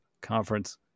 Conference